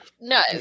No